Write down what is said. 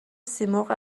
سیمرغ